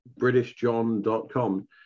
britishjohn.com